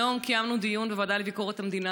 היום קיימנו דיון בוועדה לביקורת המדינה